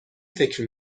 فکر